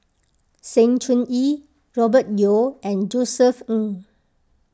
Sng Choon Yee Robert Yeo and Josef Ng